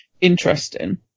interesting